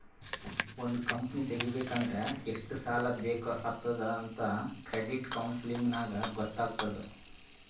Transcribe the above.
ಒಂದ್ ಕಂಪನಿ ತೆಗಿಬೇಕ್ ಅಂದುರ್ ಎಷ್ಟ್ ಸಾಲಾ ಬೇಕ್ ಆತ್ತುದ್ ಅಂತ್ ಕ್ರೆಡಿಟ್ ಕೌನ್ಸಲಿಂಗ್ ನಾಗ್ ಗೊತ್ತ್ ಆತ್ತುದ್